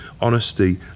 honesty